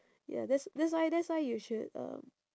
ya that's that's why that's why you should um